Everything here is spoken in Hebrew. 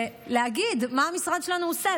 ולהגיד מה המשרד שלנו עושה.